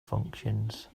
functions